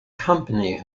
company